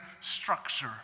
structure